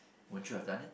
won't you have done it